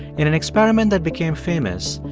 in an experiment that became famous,